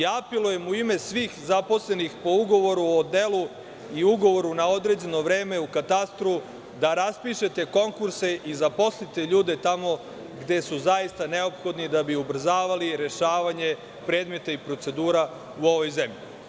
Apelujem u ime svih zaposlenih po ugovoru o delu i ugovoru na određeno vreme u katastru da raspišete konkurse i zaposlite ljude tamo gde su zaista neophodni, da bi ubrzavali rešavanje predmeta i procedura u ovoj zemlji.